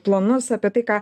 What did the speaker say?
planus apie tai ką